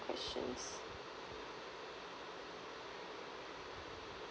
questions